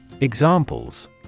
Examples